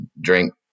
drink